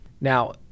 Now